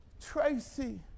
Tracy